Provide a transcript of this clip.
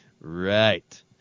Right